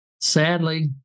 Sadly